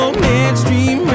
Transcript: mainstream